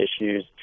issues